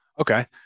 Okay